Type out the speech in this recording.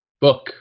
book